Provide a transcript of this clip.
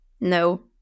No